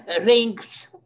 rings